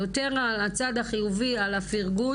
לא יהיה מצב שהם ישבו במרכזי סיוע ואז יבואו אחרים ויגידו: טוב,